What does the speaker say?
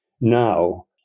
now